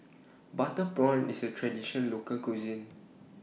Butter Prawn IS A Traditional Local Cuisine